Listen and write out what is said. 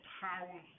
power